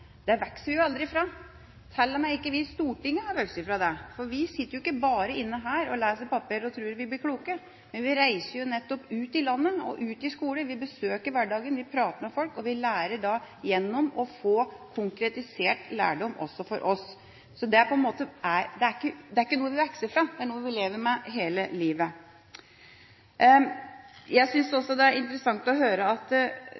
vokser vi aldri fra. Sjøl ikke vi på Stortinget har vokst fra det, for vi sitter jo ikke bare her inne og leser i papirer og tror vi blir kloke. Vi reiser nettopp ut i landet, ut på skoler, vi besøker og prater med folk i hverdagen, og da lærer også vi gjennom konkretisering av lærdom. Det er på en måte ikke noe vi vokser fra, det er noe vi lever med hele livet. Jeg synes også det er interessant å høre at det er flere i den elevundersøkelsen som mener at de har blitt flinkere på skolen, og at